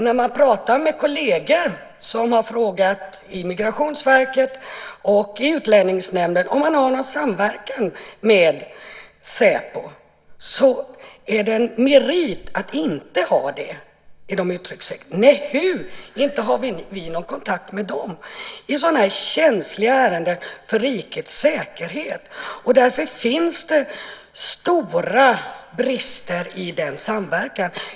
Jag har frågat kolleger i Migrationsverket och i Utlänningsnämnden om man har någon samverkan med Säpo. Enligt dem är det en merit att inte ha det. De säger: Nej hu, inte har vi någon kontakt med Säpo i sådana här känsliga ärenden för rikets säkerhet. Det finns alltså stora brister i denna samverkan.